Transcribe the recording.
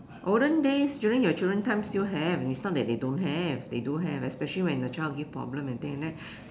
olden days during your children time still have it's not that they don't have they do have especially when the child give problem and things like that